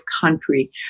country